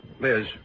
Liz